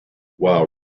while